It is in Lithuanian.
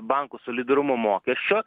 bankų solidarumo mokesčio